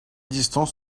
distance